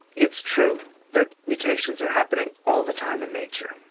it's true that mutations are happening all the time in nature,